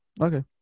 Okay